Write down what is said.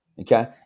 okay